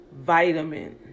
vitamin